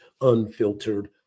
Unfiltered